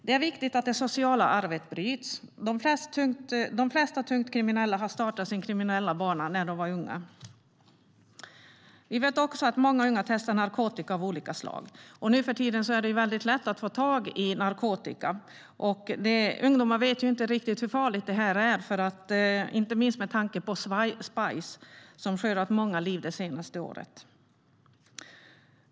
Det är viktigt att det sociala arvet bryts. De flesta tungt kriminella har startat sin kriminella bana när de var unga. Vi vet också att många unga testar narkotika av olika slag. Nuförtiden är det mycket lätt att få tag i narkotika. Ungdomar vet inte riktigt hur farligt det är. Jag tänker inte minst på spice som skördat många liv det senaste året.